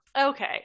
Okay